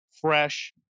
fresh